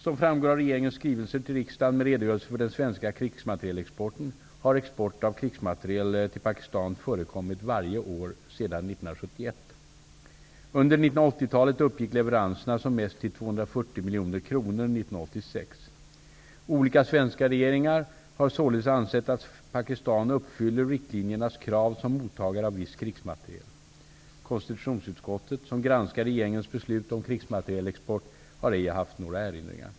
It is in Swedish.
Som framgår av regeringens skrivelser till riksdagen med redogörelse för den svenska krigsmaterielexporten har export av krigsmateriel till Pakistan förekommit varje år sedan 1971. Under 1980-talet uppgick leveranserna som mest till 240 miljoner kronor 1986. Olika svenska regeringar har således ansett att Pakistan uppfyller riktlinjernas krav som mottagare av viss krigsmateriel. Konstitutionsutskottet, som granskar regeringens beslut om krigsmaterielexport, har ej haft några erinringar.